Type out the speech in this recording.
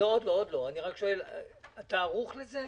אתה ערוך לזה?